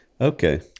Okay